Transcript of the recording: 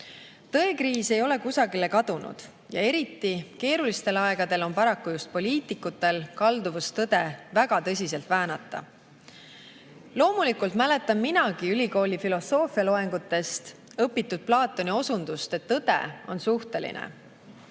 tõekriis. Tõekriis ei ole kusagile kadunud ja eriti keerulistel aegadel on paraku just poliitikutel kalduvus tõde väga tõsiselt väänata. Loomulikult mäletan minagi ülikooli filosoofialoengutes õpitud Platoni osundust, et tõde on suhteline.